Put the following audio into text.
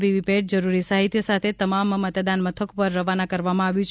VVPAT જરૂરિ સાહિત્ય સાથે તમામ મતદાન મથકો પર રવાના કરવામાં આવ્યું છે